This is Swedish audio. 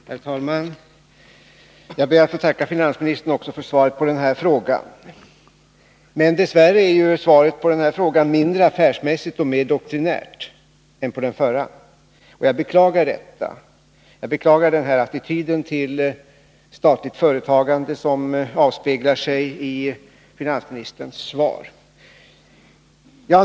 Herr talman! Jag ber att få tacka finansministern för svaret också på den här frågan. Dess värre är det här svaret mindre affärsmässigt och mera doktrinärt än svaret på den förra frågan. Jag beklagar den attityd till statligt företagande som avspeglar sig i finansministerns svar.